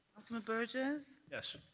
councilman burgess. yes.